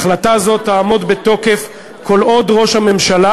החלטה זו תעמוד בתוקף כל עוד ראש הממשלה